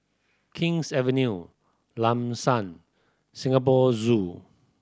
King's Avenue Lam San Singapore Zoo